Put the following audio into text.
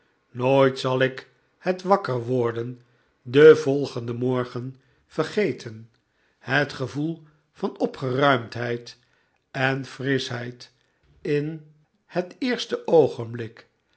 nooit zal ik het wakker worden den volgenden morgen vergeten het gevoel van opgeruimdheid en frischheid in het eerste oogenblik